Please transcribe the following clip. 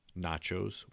nachos